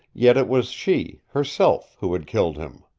yet it was she herself who had killed him!